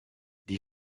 die